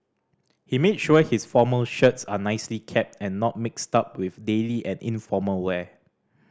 he made sure his formal shirts are nicely kept and not mixed up with daily and informal wear